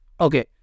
okay